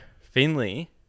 Finley